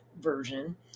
version